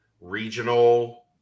regional